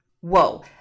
Whoa